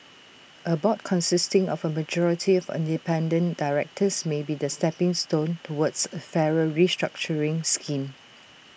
A board consisting of A majority of independent directors may be the stepping stone towards A fairer restructuring scheme